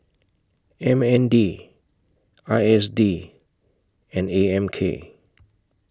M N D I S D and A M K